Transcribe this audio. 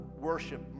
worship